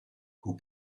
who